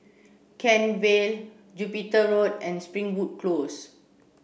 Kent Vale Jupiter Road and Springwood Close